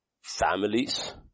families